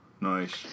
nice